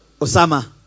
Osama